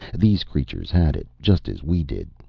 these creatures had it, just as we did.